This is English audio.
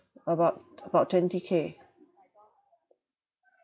about about twenty K